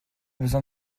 besoin